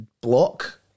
block